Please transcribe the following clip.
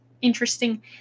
interesting